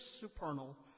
supernal